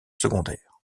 secondaires